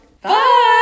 Bye